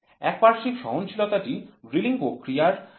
একপার্শ্বিক সহনশীলতা টি ড্রিলিং প্রক্রিয়ার সাথে যুক্ত